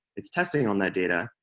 it's testing on that data.